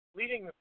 leading